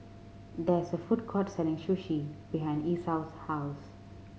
there is a food court selling Sushi behind Esau's house